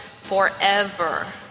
forever